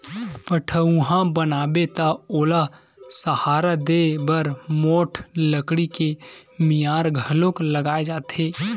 पठउहाँ बनाबे त ओला सहारा देय बर मोठ लकड़ी के मियार घलोक लगाए जाथे